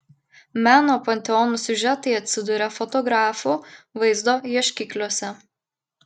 meno panteonų siužetai atsiduria fotografų vaizdo ieškikliuose